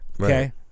Okay